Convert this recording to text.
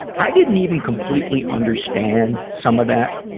i didn't even completely understand some of that,